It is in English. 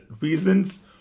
reasons